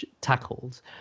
tackled